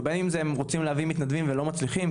או בין אם הם רוצים להביא מתנדבים ולא מצליחים,